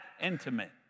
intimate